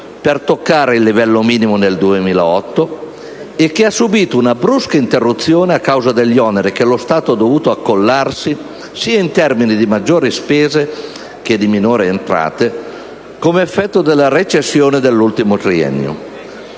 per toccare il livello minimo del *deficit* nel 2008 e che ha subito una brusca interruzione a causa degli oneri che lo Stato ha dovuto accollarsi sia in termini di maggiori spese che di minori entrate, come effetto della recessione nell'ultimo triennio.